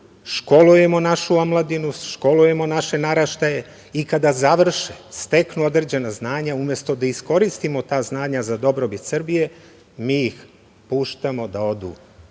školujemo našu omladinu, školujemo naše naraštaje i kada završe steknu određena znanja umesto da iskoristimo ta znanja za dobrobit Srbije, mi ih puštamo da odu